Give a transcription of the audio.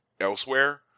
elsewhere